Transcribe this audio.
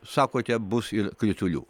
sakote bus ir kritulių